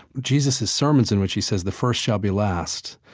jesus' sermons in which he says, the first shall be last.